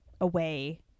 away